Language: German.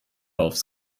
aufs